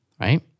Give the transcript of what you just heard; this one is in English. right